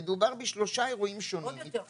'מדובר בשלושה אירועים שונים --- עוד יותר חמור.